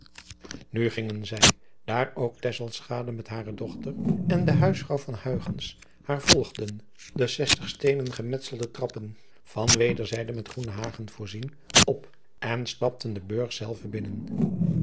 u gingen zij daar ook met hare dochter en de huisvrouw van haar volgden de zestig steenen gemetselde trappen van wederzijde met groene hagen voorzien op en stapten den urg zelven binnen